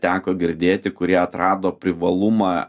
teko girdėti kurie atrado privalumą